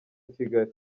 kigali